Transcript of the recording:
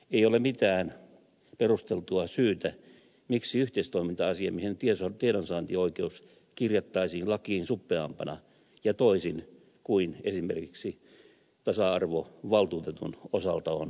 ei ole mitään perusteltua syytä miksi yhteistoiminta asiamiehen tiedonsaantioikeus kirjattaisiin lakiin suppeampana ja toisin kuin esimerkiksi tasa arvovaltuutetun osalta on säädetty